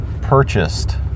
purchased